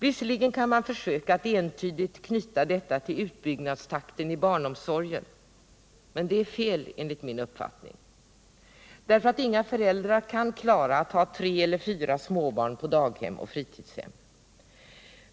Visserligen kan man försöka att entydigt knyta an detta till utbyggnadstakten i barnomsorgen, men enligt min mening är det fel att göra det. Inga föräldrar klarar nämligen av att ha tre eller fyra småbarn på daghem och fritidshem.